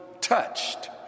touched